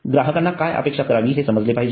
ग्राहकांना काय अपेक्षा करावी हे समजले पाहिजे